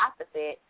opposite